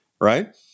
right